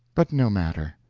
but no matter.